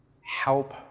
help